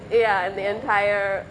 ya the entire